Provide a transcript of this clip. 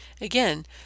again